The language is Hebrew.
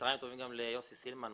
צוהריים טובים גם ליוסי סילמן,